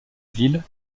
ville